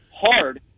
hard